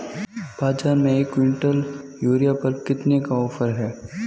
बाज़ार में एक किवंटल यूरिया पर कितने का ऑफ़र है?